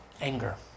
anger